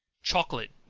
chocolate.